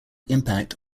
impact